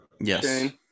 Yes